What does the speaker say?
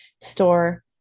store